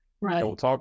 Right